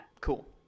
Cool